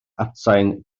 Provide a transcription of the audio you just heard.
atsain